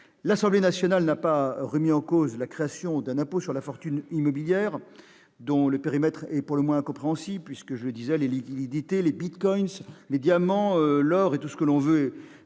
L'Assemblée nationale n'a pas remis en cause la création de l'impôt sur la fortune immobilière, dont le périmètre est pour le moins incompréhensible, puisque les liquidités, les bitcoins ou les diamants, autant de placements